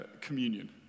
communion